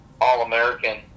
All-American